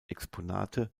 exponate